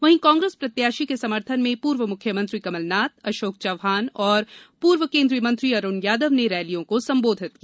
वहीं कांग्रेस प्रत्याशी के समर्थन में पूर्व मुख्यमंत्री कमलनाथ अशोक चव्हाण और पूर्व केन्द्रीय मंत्री अरूण यादव ने रैलियों को संबोधित किया